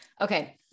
Okay